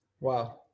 Wow